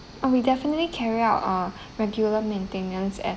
oh we definitely carry out uh regular maintenance at